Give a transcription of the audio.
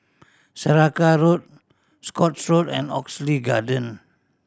Saraca Road Scotts Road and Oxley Garden